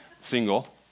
single